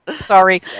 Sorry